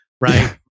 right